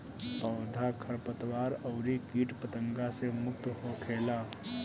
पौधा खरपतवार अउरी किट पतंगा से मुक्त होखेला